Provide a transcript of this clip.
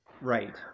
Right